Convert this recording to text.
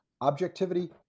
objectivity